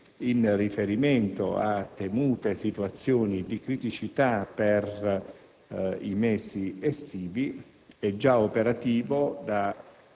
Vorrei aggiungere che, in riferimento a temute situazioni di criticità per i mesi estivi,